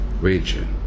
region